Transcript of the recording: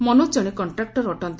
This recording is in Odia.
ମନୋଜ ଜଣେ କଣ୍ଟ୍ରାକ୍ଟର ଅଟନ୍ତି